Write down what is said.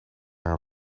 haar